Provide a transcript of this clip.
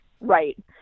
Right